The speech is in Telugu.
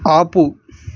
ఆపు